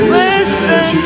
listen